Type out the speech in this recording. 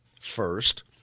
First